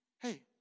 Hey